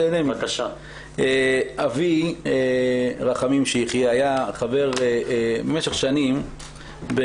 אבי רחמים שיחיה היה במשך שנים חבר